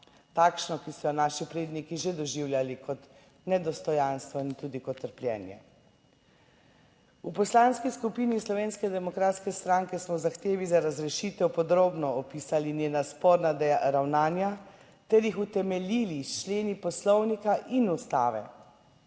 Takšno, ki so jo naši predniki že doživljali kot nedostojanstvo in tudi kot trpljenje. V Poslanski skupini Slovenske demokratske stranke smo v zahtevi za razrešitev podrobno opisali njena sporna ravnanja ter jih utemeljili s členi Poslovnika in Ustave.